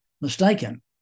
mistaken